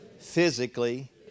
physically